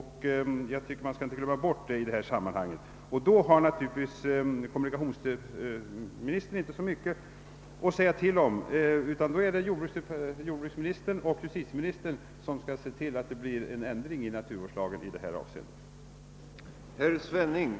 Här har naturligtvis kommunikationsministern inte så mycket att säga till om, utan det är jordbruksministern och justitieministern som skall se till att det blir en ändring i naturvårdslagen i detta avseende.